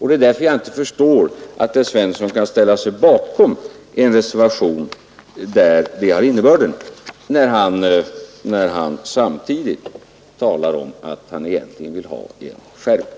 Därför förstår jag inte att herr Svensson kan ställa sig bakom en reservation med denna innebörd när han samtidigt talar om att han egentligen vill ha en skärpning.